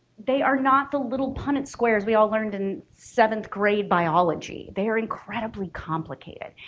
they are not the little punnett squares we all learned in seventh grade biology. they are incredibly complicated.